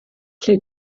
lle